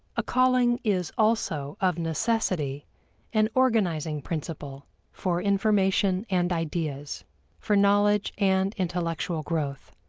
a calling is also of necessity an organizing principle for information and ideas for knowledge and intellectual growth.